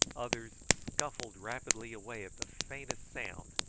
others scuffled rapidly away at the faintest sound,